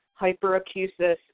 hyperacusis